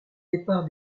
départ